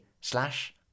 slash